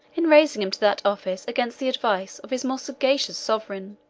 in raising him to that office against the advice of his more sagacious sovereign.